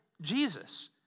Jesus